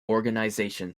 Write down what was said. organisation